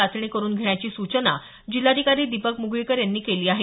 चाचणी करुन घेण्याची सूचना जिल्हाधिकारी दिपक मुगळीकर यांनी केली आहे